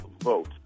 vote